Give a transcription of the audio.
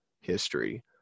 history